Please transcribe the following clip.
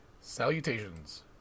salutations